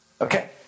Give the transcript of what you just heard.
Okay